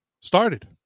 started